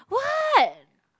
what